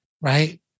right